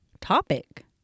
topic